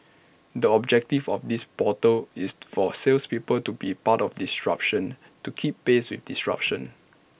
the objective of this portal is for salespeople to be part of disruption to keep pace with disruption